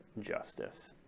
justice